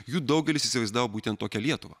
jų daugelis įsivaizdavo būtent tokią lietuvą